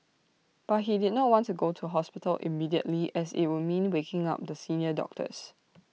but he did not want to go to hospital immediately as IT would mean waking up the senior doctors